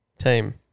team